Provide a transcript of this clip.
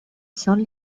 son